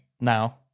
now